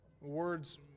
words